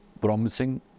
promising